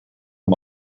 amb